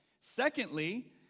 secondly